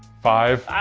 five,